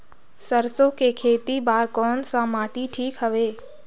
सरसो के खेती बार कोन सा माटी ठीक हवे?